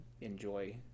enjoy